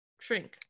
shrink